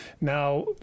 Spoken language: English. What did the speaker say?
Now